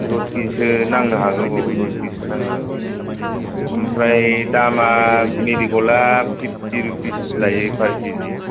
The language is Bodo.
दस खेजिसो नांनो हागौ औ दस खेजिसो नांनो हागौ ओमफ्राय दामा मेरिग'ल्डआ फिफ्टि रुपिस लायो पार केजि